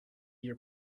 your